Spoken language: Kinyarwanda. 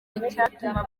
icyatuma